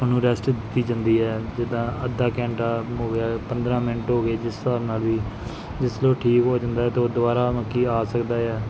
ਉਹਨੂੰ ਰੈਸਟ ਦਿੱਤੀ ਜਾਂਦੀ ਹੈ ਜਿੱਦਾਂ ਅੱਧਾ ਘੰਟਾ ਹੋ ਗਿਆ ਪੰਦਰਾਂ ਮਿੰਟ ਹੋ ਗਏ ਜਿਸ ਹਿਸਾਬ ਨਾਲ ਵੀ ਜਿਸ ਨਾਲ ਉਹ ਠੀਕ ਹੋ ਜਾਂਦਾ ਹੈ ਅਤੇ ਦੁਬਾਰਾ ਮਤਲਬ ਕੀ ਆ ਸਕਦਾ ਹੈ